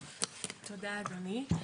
תודה אדוני.